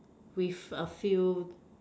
with a few